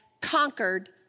conquered